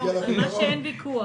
לגביו ויכוח.